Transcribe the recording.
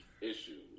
issues